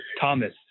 Thomas